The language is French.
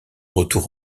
retour